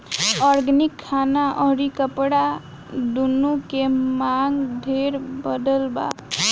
organic खाना अउरी कपड़ा दूनो के मांग ढेरे बढ़ल बावे